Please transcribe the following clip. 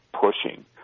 pushing